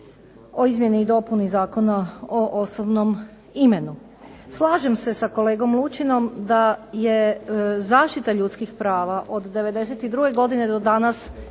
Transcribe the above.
o izmjeni i dopuni Zakona o osobnom imenu. Slažem se sa kolegom Lučinom da je zaštita ljudskih prava od '92. godine do danas